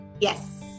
Yes